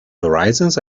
horizons